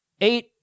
Eight